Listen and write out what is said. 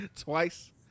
twice